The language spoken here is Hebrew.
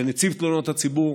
לנציב תלונות הציבור,